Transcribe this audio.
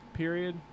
period